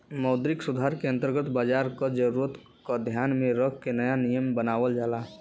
मौद्रिक सुधार के अंतर्गत बाजार क जरूरत क ध्यान में रख के नया नियम बनावल जाला